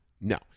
No